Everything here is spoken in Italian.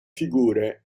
figure